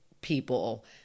people